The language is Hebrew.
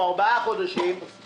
או ארבעה חודשים,